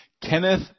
Kenneth